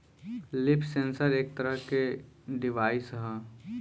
leaf sensor एक तरह के के डिवाइस ह